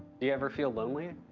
do you ever feel lonely?